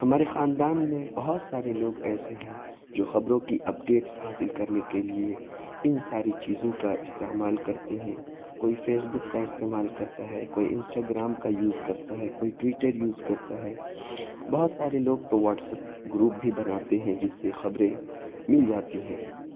ہمارے خاندان میں بہت سارے لوگ ایسے ہیں جو خبروں کی اپڈیٹس حاصل کرنے کے لیے ان ساری چیزوں کا استعمال کرتے ہیں کوئی فیس بک کا استعمال کرتا ہے کوئی انسٹاگرام کا یوز کرتا ہے کوئی ٹوئٹر یوز کرتا ہے بہت سارے لوگ تو واٹس اپ گروپ بھی بناتے ہیں جس سے خبریں مل جاتی ہیں